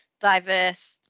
diverse